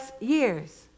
years